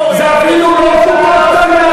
למה לא עשית את זה?